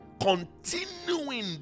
continuing